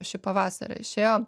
šį pavasarį išėjo